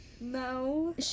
No